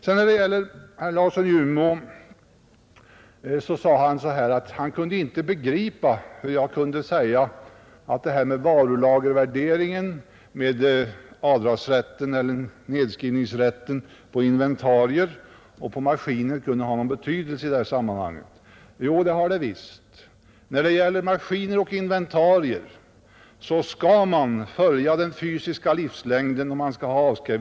Herr Larsson i Umeå sade att han inte kunde begripa hur jag kunde säga att det här med varulagervärdering och nedskrivningsrätten när det gäller inventarier och maskiner kunde ha någon betydelse i detta sammanhang. Jo, det har det visst. När det gäller maskiner och inventarier skall avskrivningsperioderna följa den fysiska livslängden.